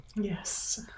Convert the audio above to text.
yes